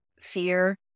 fear